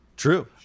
true